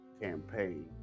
campaign